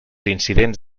incidents